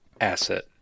asset